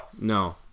No